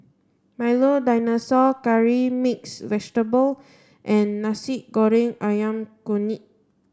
milo dinosaur curry mixed vegetable and Nasi Goreng Ayam Kunyit